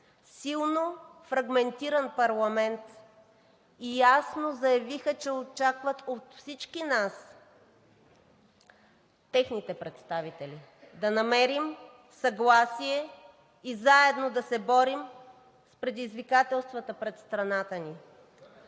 силно фрагментиран парламент, и ясно заявиха, че очакват от всички нас, техните представители, да намерим съгласие и заедно да се борим с предизвикателствата пред страната ни.